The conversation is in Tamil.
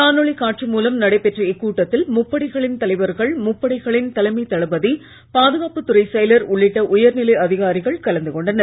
காணொளி காட்சி மூலம் நடைபெற்ற இக்கூட்டத்தில் முப்படைகளின் தலைவர்கள் முப்படைகளின் தலைமை தளபதி பாதுகாப்புத் துறைச் செயலர் உள்ளிட்ட உயர்நிலை அதிகாரிகள் கலந்து கொண்டனர்